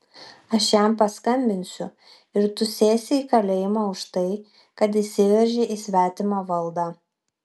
aš jam paskambinsiu ir tu sėsi į kalėjimą už tai kad įsiveržei į svetimą valdą